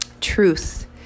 Truth